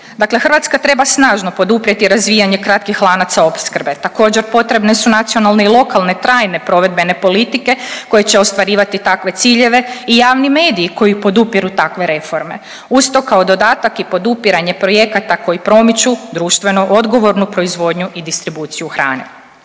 Dakle, Hrvatska treba snažno poduprijeti razvijanje kratkih lanaca opskrbe. Također potrebne su nacionalne i lokalne, trajne, provedbene politike koje će ostvarivati takve ciljeve i javni mediji koji podupiru takve reforme. Uz to kao dodatak je podupiranje projekata koji promiču društveno odgovornu proizvodnju i distribuciju hrane.